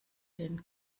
den